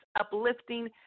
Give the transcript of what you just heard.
Uplifting